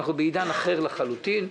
אנחנו בעידן אחר לחלוטין.